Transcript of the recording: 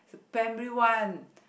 primary one